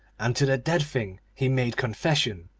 and to the dead thing he made confession.